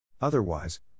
Otherwise